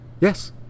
Yes